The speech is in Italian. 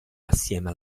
assieme